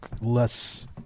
less